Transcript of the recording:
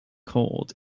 cold